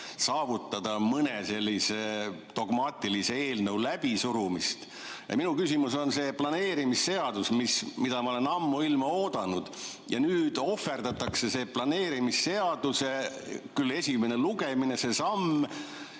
saavutada mõne sellise dogmaatilise eelnõu läbisurumist. Minu küsimus on planeerimisseaduse kohta, mida ma olen ammuilma oodanud. Nüüd ohverdatakse see planeerimisseaduse esimene lugemine, see samm,